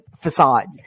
facade